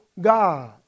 God